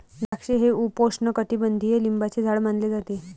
द्राक्षे हे उपोष्णकटिबंधीय लिंबाचे झाड मानले जाते